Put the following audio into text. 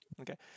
Okay